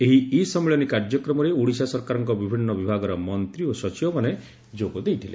ଏହି ଇ ସମ୍ମିଳନୀ କାର୍ଯ୍ୟକ୍ରମରେ ଓଡ଼ିଶା ସରକାରଙ୍କ ବିଭିନ୍ ବିଭାଗର ମନ୍ତ୍ରୀ ଓ ସଚିବମାନେ ଯୋଗଦେଇଥିଲେ